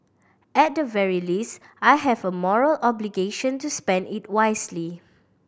at the very least I have a moral obligation to spend it wisely